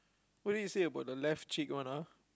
what did it say about the left cheek one ah